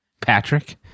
Patrick